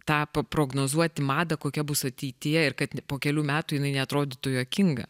tą paprognozuoti madą kokia bus ateityje ir kad po kelių metų jinai neatrodytų juokinga